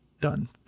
done